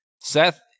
seth